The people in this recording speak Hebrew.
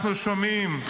אנחנו שומעים.